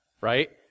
right